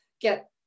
get